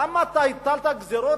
למה הטלת גזירות,